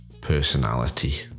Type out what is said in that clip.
personality